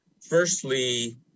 Firstly